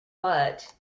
but